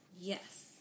Yes